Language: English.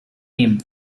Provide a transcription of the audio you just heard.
name